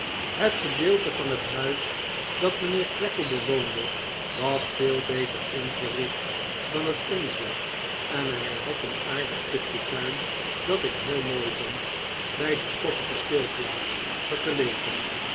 het gedeelte van het huis dat mijnheer creakle bewoonde was veel beter ingericht dan het onze en hij had een aardig stukje tuin dat ik heel mooi vond bij de stoffige speelplaats vergeleken